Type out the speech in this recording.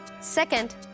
Second